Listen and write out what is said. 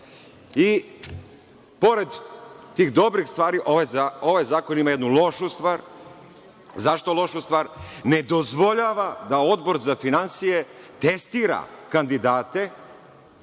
važna. Pored tih dobrih stvari, ovaj zakon ima jednu lošu stvar. Zašto lošu stvar? Ne dozvoljava da Odbor za finansije testira kandidate,